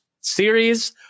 series